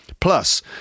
Plus